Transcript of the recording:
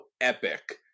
epic